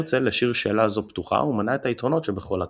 הרצל השאיר שאלה זו פתוחה ומנה את היתרונות שבכל הצעה.